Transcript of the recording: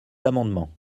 amendements